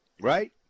right